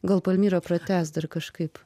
gal palmyra pratęs dar kažkaip